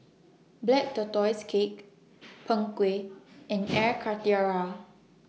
Black Tortoise Cake Png Kueh and Air Karthira